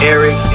Eric